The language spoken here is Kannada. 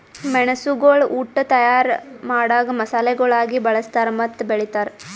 ಮೆಣಸುಗೊಳ್ ಉಟ್ ತೈಯಾರ್ ಮಾಡಾಗ್ ಮಸಾಲೆಗೊಳಾಗಿ ಬಳ್ಸತಾರ್ ಮತ್ತ ಬೆಳಿತಾರ್